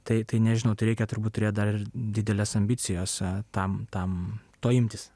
tai tai nežinau tai reikia turbūt ir dar ir didelės ambicijos tam tam to imtis